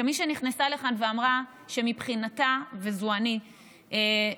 כמי שנכנסה לכאן ואמרה שמבחינתה שאני כשרת